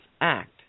act